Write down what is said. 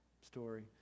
story